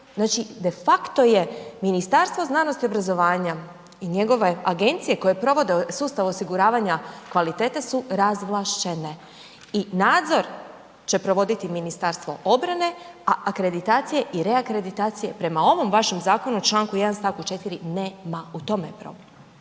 znači de facto je Ministarstvo znanosti i obrazovanja i njegove agencije koje provode sustav osiguravanja kvalitete su razvlaščene. I nadzor će provoditi Ministarstvo obrane, a akreditacije i reakreditacije prema ovom vašem zakonu u Članku 1. stavku 4. nema. U tome je problem.